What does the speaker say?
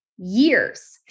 years